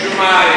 משום מה,